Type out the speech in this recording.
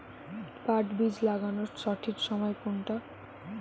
পাট বীজ লাগানোর সঠিক সময় কোনটা?